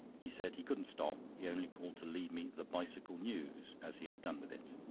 he said he couldn't stop, he only called to leave me the bicycle news, as he had done with it.